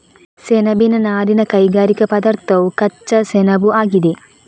ಸೆಣಬಿನ ನಾರಿನ ಕೈಗಾರಿಕಾ ಪದಾರ್ಥವು ಕಚ್ಚಾ ಸೆಣಬುಆಗಿದೆ